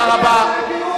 תודה רבה.